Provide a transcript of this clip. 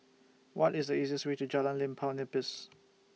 What IS The easiest Way to Jalan Limau Nipis